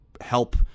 help